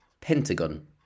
Pentagon